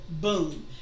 Boom